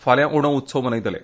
फाल्या ओणम उत्सव मनयतले